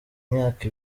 imyaka